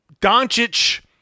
Doncic